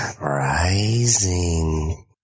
Rising